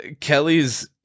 Kelly's